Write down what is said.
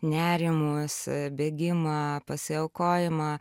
nerimus bėgimą pasiaukojimą